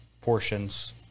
portions